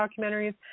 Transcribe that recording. documentaries